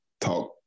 talk